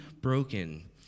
broken